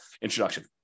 introduction